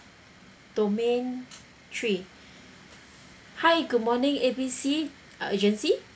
domain three hi good morning A B C uh agency